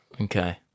Okay